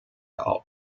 auf